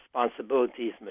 responsibilities